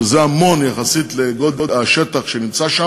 וזה המון יחסית לגודל השטח שם,